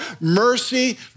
Mercy